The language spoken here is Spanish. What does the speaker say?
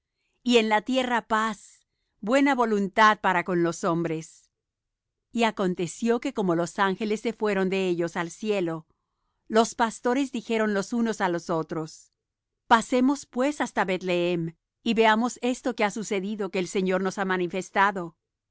y en la tierra paz buena voluntad para con los hombres y aconteció que como los ángeles se fueron de ellos al cielo los pastores dijeron los unos á los otros pasemos pues hasta bethlehem y veamos esto que ha sucedido que el señor nos ha manifestado